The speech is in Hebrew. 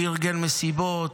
הוא ארגן מסיבות,